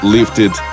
Lifted